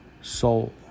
soul